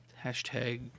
Hashtag